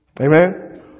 Amen